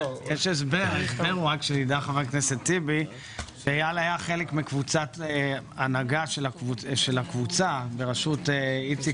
ההסבר הוא שאייל היה חלק מקבוצת הנהגה של הקבוצה בראשות איציק